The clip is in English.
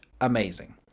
amazing